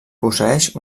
posseeix